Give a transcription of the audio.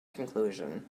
conclusion